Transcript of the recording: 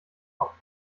kopf